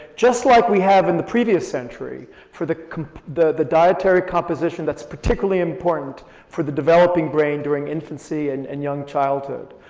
just like we have in the previous century for the the dietary composition that's particularly important for the developing brain during infancy and and young childhood.